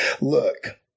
Look